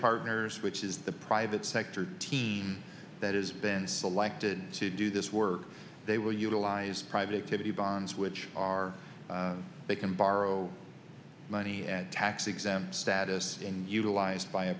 partners which is the private sector teen that has been selected to do this work they will utilize private activity bonds which are they can borrow money and tax exempt status in utilized by a